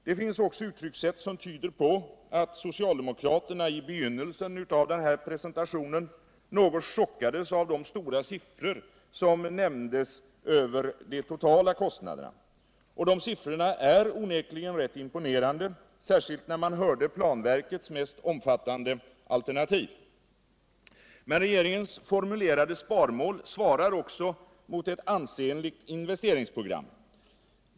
Det finns också uttryckssätt som tyder på att socialdemokraterna i begynnelsen av den här presentationen något chockades av de stora siffror som nämndes över de totala kostnaderna. De siffrorna var onekligen rätt imponerande, särskilt när man hörde planverkets mest omfattande alternativ. Men regeringens formulerade sparmål svarar också mot et ansenligt investeringsprogram.